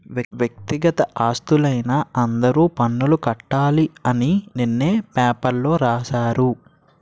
వ్యక్తిగత ఆస్తులైన అందరూ పన్నులు కట్టాలి అని నిన్ననే పేపర్లో రాశారు